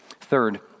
Third